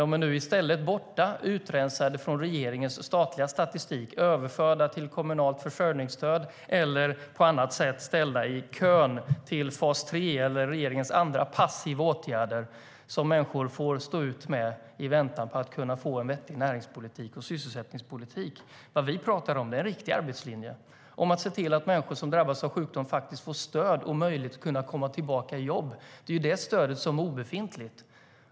Nu är de i stället borta, utrensade från regeringens statliga statistik och överförda till kommunalt försörjningsstöd eller på annat sätt ställda i kö till fas 3 eller regeringens andra passiva åtgärder som människor får stå ut med i väntan på att kunna få en vettig näringspolitik och sysselsättningspolitik. Det vi talar om är en riktig arbetslinje. Att se till att människor som drabbas av sjukdom faktiskt får stöd och möjlighet att komma tillbaka i jobb. Detta stöd är nu obefintligt.